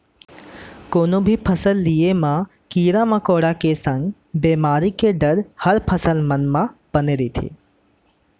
कोनो भी फसल लिये म कीरा मकोड़ा के संग बेमारी के डर हर फसल मन म बने रथे